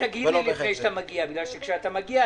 רק תגיד לי לפני שאתה מגיע כי כשאתה מגיע,